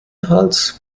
hals